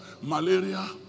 malaria